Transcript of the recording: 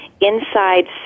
inside